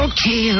Okay